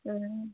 ஆ